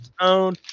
own